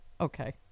Okay